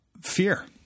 fear